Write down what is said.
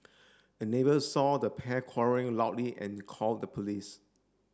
a neighbour saw the pair quarrelling loudly and call the police